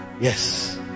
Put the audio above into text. Yes